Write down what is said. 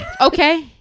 okay